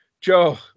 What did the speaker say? Joe